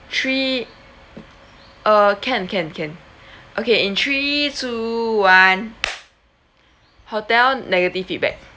three uh can can can okay in three two one hotel negative feedback